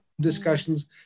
discussions